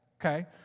okay